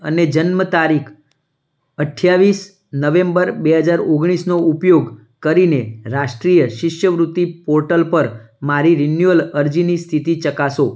અને જન્મતારીખ અઠ્યાવીસ નવેમ્બર બે હજાર ઓગણીસનો ઉપયોગ કરીને રાષ્ટ્રીય શિષ્યવૃત્તિ પોર્ટલ પર મારી રિન્યુઅલ અરજીની સ્થિતિ ચકાસો